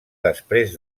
després